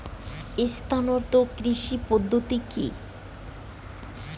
স্থানান্তর কৃষি পদ্ধতি কি?